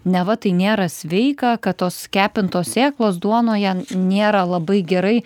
neva tai nėra sveika kad tos kepintos sėklos duonoje nėra labai gerai